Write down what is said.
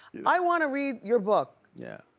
i wanna read your book. yeah.